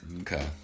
Okay